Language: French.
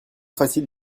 facile